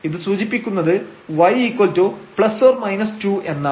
ഇത് സൂചിപ്പിക്കുന്നത് y±2 എന്നാണ്